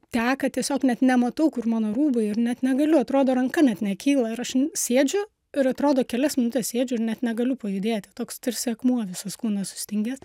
teka tiesiog net nematau kur mano rūbai ir net negaliu atrodo ranka net nekyla ir aš sėdžiu ir atrodo kelias minutes sėdžiu ir net negaliu pajudėti toks tarsi akmuo visas kūnas sustingęs